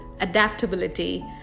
adaptability